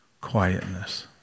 quietness